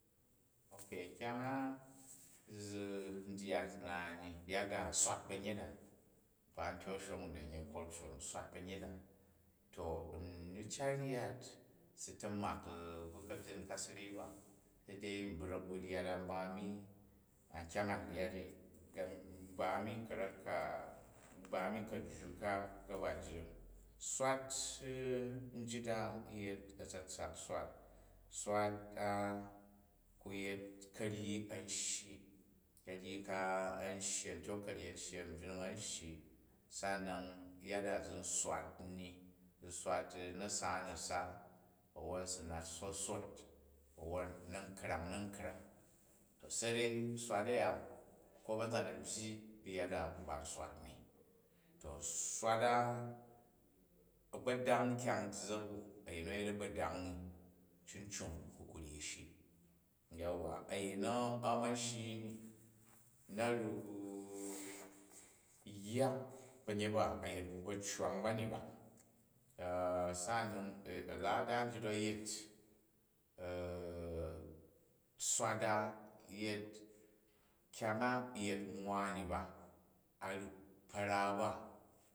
Okey kyang a-zi, n dyat naat ni yada swat banyet a, nkpa a̱ntyek a̱nshong u na̱ u yei culture na swat ba̱ryet a. To n ni cat ryat n si ta̱mak ba ka̱byen ka sa̱rei ba, se dai u brak ba ryat a uba mi a kyang a min ryat ni, nba mi karek ka, n ba mi kajju ka gaba jring. Swat njit a yet atsatsak swat. Swat a ku yet karyi an shyi, karyi ka am shyi, a̱ntyok ka̱nyi a̱nshyi, a̱mbyring karyi an shyi, sa'anan yada zi swat ni, zi swat u na̱sa na̱sa, awwon u si nat sot sot a̱wwon na̱n krang na̱nkrang. To sa̱rei swal aya ko ba̱nzan a̱bbyi ba yada ba n swat ni. To swat a, a̱gbodang kyang zza̱k u, a̱ying nu a̱ yet a̱gbodang ni cicong u kuryi shii yauwa, a̱ying nu, a̱ma shii ni, nu̱ ryok yyak ba̱nyet ba a̱yet ba̱ccwang ba ni ba sa anan a̱lada njit u a̱ yet, swat a yet, kgang a yet nwwan ni ba a ryok kpo ra ba.